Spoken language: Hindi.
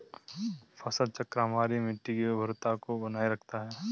फसल चक्र हमारी मिट्टी की उर्वरता को बनाए रखता है